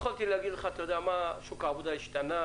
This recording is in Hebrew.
יכולתי להגיד לך כל מיני דברים על שוק העבודה היום,